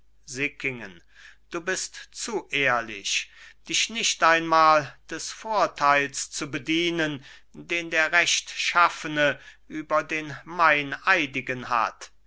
sickingen du bist zu ehrlich dich nicht einmal des vorteils zu bedienen den der rechtschaffene über den meineidigen hat